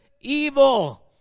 evil